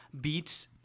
Beats